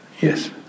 Yes